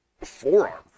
forearm